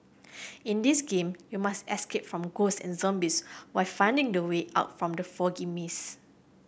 in this game you must escape from ghost and zombies while finding the way out from the foggy maze